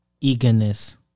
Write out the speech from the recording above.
eagerness